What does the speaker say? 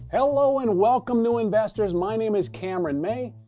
hello, and welcome, new investors. my name is cameron may.